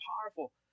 powerful